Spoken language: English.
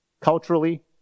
culturally